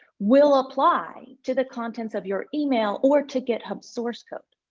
will apply to the contents of your email or to github source code.